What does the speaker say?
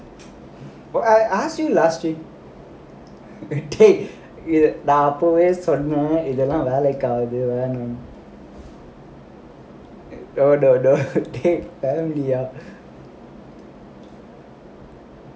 but I ask you last week dey நான் அப்பவே சொன்னேன்ல இதுலாம் வேலைக்கு ஆகாதுனு:naan appovae sonnaenla idhulaam velaikku agaathunnu don't don't don't